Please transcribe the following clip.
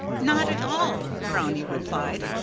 not at all! brownie replied.